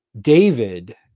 David